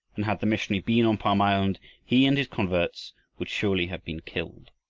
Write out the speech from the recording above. and had the missionary been on palm island he and his converts would surely have been killed.